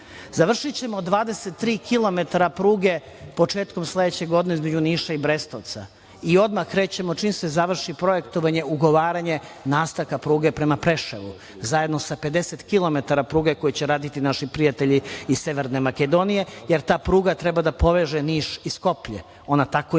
razlika. Završićemo 23 kilometara pruge početkom sledeće godine između Niša i Brestovca i odmah krećemo, čim se završi projektovanje, ugovaranje nastavke pruge prema Preševo, zajedno sa 50 kilometara pruge koju će raditi naši prijatelji iz Severne Makedonije, jer ta pruga treba da poveže Niš i Skoplje. Ona tako ima